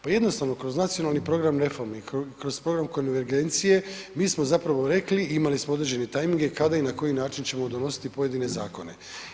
Pa jednostavno, kroz nacionalni program reformi, kroz program konvergencije, mi smo zapravo rekli i imali smo određene tajminge kada i na koji način ćemo donositi pojedine zakone.